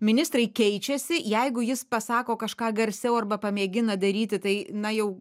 ministrai keičiasi jeigu jis pasako kažką garsiau arba pamėgina daryti tai na jau